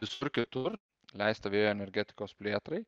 visur kitur leisti vėjo energetikos plėtrai